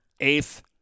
eighth